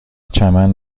چمن